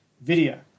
video